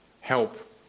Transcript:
help